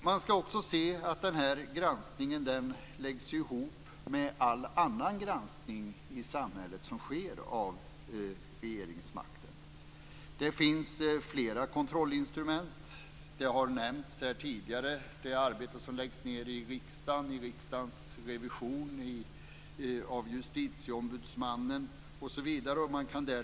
Man skall också se att denna granskning läggs ihop med all annan granskning i samhället som sker av regeringsmakten. Det finns flera kontrollinstrument. Det arbete som läggs ned i riksdagens revision och av Justitieombudsmannen, osv., har nämnts här tidigare.